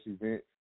event